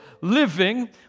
living